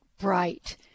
bright